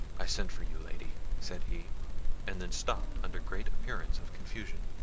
i sent for you, lady, said he and then stopped under great appearance of confusion.